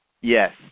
Yes